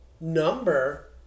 number